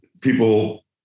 people